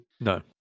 No